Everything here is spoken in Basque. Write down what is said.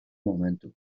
momentuz